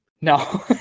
no